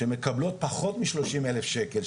שמקבלות פחות משלושים אלף שקל,